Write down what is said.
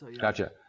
Gotcha